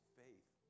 faith